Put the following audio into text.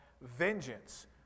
vengeance